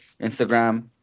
Instagram